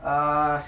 uh